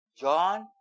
John